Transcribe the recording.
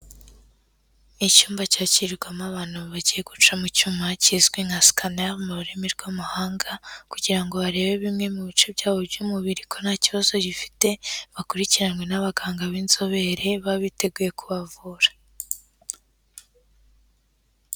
Icyumba cyakirirwamo abantu bagiye guca mu cyuma kizwi nka scanner mu rurimi rw'amahanga kugira ngo barebe bimwe mu bice byabo by'umubiri ko nta kibazo gifite bakurikiranwe n'abaganga b'inzobere baba biteguye kubavura.